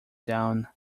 down